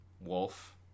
Wolf